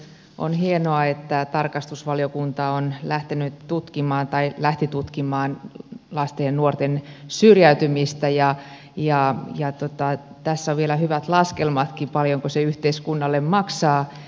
on hienoa että tarkastusvaliokunta lähti tutkimaan lasten ja nuorten syrjäytymistä ja tässä on vielä hyvät laskelmatkin paljonko se yhteiskunnalle maksaa